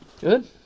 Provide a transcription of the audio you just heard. Good